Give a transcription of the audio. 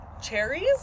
cherries